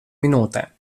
minūtēm